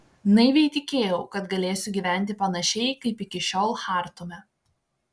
naiviai tikėjau kad galėsiu gyventi panašiai kaip iki šiol chartume